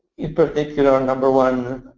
in particular number one,